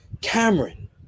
Cameron